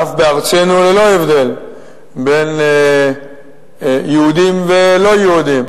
ואף בארצנו, ללא הבדל בין יהודים ללא-יהודים.